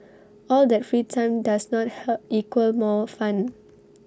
all that free time does not help equal more fun